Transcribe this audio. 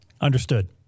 Understood